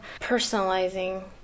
personalizing